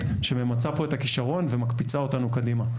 שממצה פה את הכישרון ומקפיצה אותנו קדימה.